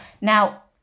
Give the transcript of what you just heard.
Now